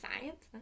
science